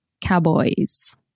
Cowboys